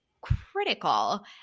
critical